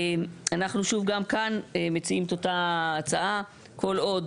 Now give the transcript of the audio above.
אנחנו שוב גם כאן מציעים את אותה הצעה כל עוד